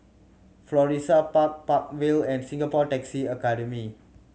Florissa Park Park Vale and Singapore Taxi Academy